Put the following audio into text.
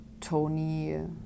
Tony